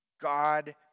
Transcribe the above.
God